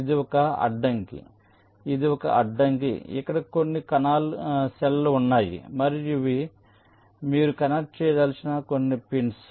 ఇది ఒక అడ్డంకి ఇది ఒక అడ్డంకి ఇక్కడ కొన్ని కణాలు ఉన్నాయి మరియు ఇవి మీరు కనెక్ట్ చేయదలిచిన కొన్ని పిన్స్